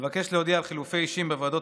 אבקש להודיע על חילופי אישים בוועדות